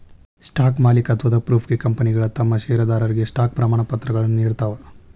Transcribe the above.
stock ಮಾಲೇಕತ್ವದ ಪ್ರೂಫ್ಗೆ ಕಂಪನಿಗಳ ತಮ್ ಷೇರದಾರರಿಗೆ ಸ್ಟಾಕ್ ಪ್ರಮಾಣಪತ್ರಗಳನ್ನ ನೇಡ್ತಾವ